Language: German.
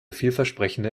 vielversprechende